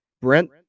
Brent